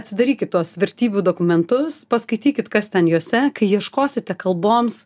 atsidarykit tuos vertybių dokumentus paskaitykit kas ten juose kai ieškosite kalboms